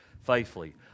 faithfully